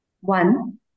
One